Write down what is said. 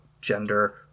gender